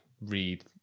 read